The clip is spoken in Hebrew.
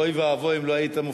והיא תעבור